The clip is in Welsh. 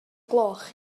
gloch